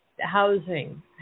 housing